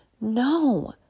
No